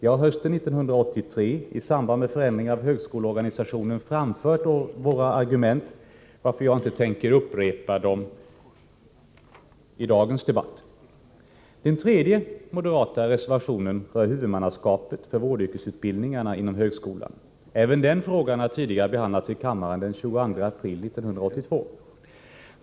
Jag har i samband med förändringar av högskoleorganisationen hösten 1983 framfört våra argument, varför jag inte tänker upprepa dem i dagens debatt. Den tredje moderata reservationen rör huvudmannaskapet för vårdyrkesutbildningarna inom högskolan. Även den frågan har tidigare behandlats i kammaren, den 22 april 1982.